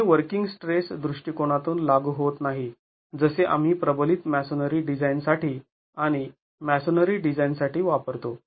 तर हे working stress दृष्टिकोनासाठी लागू होत नाही जसे आम्ही प्रबलित मॅसोनरी डिझाईन साठी आणि मॅसोनरी डिझाईन साठी वापरतो